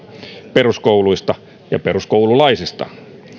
peruskouluista ja peruskoululaisista